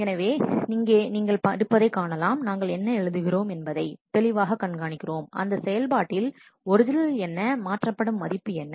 எனவே இங்கே நீங்கள் இருப்பதைக் காணலாம் நாங்கள் என்ன எழுதுகிறோம் என்பதை தெளிவாகக் கண்காணிக்கிறோம் அந்த செயல்பாட்டில் ஒரிஜினல் என்ன மாற்றப்படும் மதிப்பு என்ன